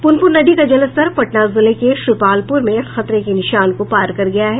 पुनपुन नदी का जलस्तर पटना जिले के श्रीपालप्र में खतरे के निशान को पार कर गया है